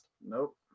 nope